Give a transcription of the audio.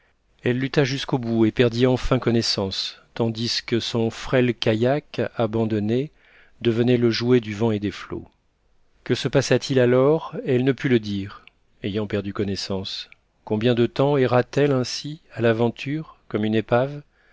elle lutta jusqu'au bout et perdit enfin connaissance tandis que son frêle kayak abandonné devenait le jouet du vent et des flots que se passa-t-il alors elle ne put le dire ayant perdu connaissance combien de temps erra t elle ainsi à l'aventure comme une épave